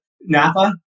Napa